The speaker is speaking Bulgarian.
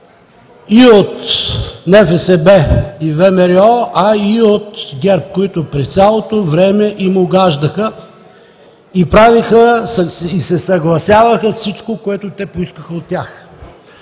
от НФСБ и ВМРО, а и от ГЕРБ, които през цялото време им угаждаха и се съгласяваха с всичко, което те поискаха от тях.